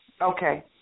Okay